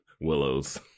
willow's